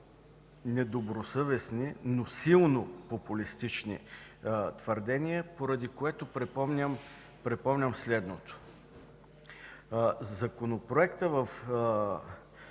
недобросъвестни, но силно популистки твърдения, поради което припомням следното. Законопроектът